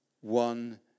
One